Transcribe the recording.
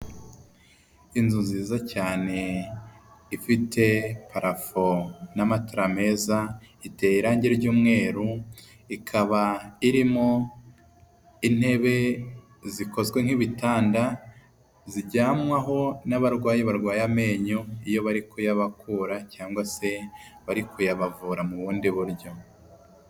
Inzu nziza cyane ifite parafo n'amatara meza, iteye irangi ry'umweru, ikaba irimo intebe zikozwe nk'ibitanda zijyamwaho n'abarwayi barwaye amenyo iyo bari kuyabakura cyangwa se bari kuyabavura mu bundi buryo.